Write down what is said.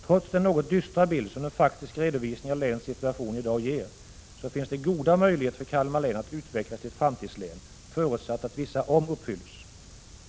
Trots den något dystra bild som den faktiska redovisningen av länets situation i dag ger, finns goda möjligheter för Kalmar län att utvecklas till ett framtidslän, förutsatt att vissa villkor uppfylls.